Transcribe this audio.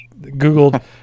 Googled